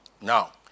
Now